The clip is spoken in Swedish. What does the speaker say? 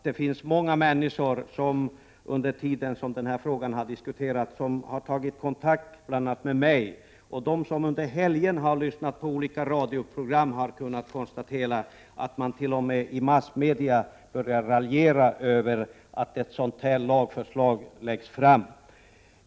Det är många människor som under den tid då denna fråga diskuterats har tagit kontakt, bl.a. med mig. De som under helgen har lyssnat på olika radioprogram har kunnat konstatera att man t.o.m. i massmedia börjar raljera över att ett sådant här lagförslag läggs fram.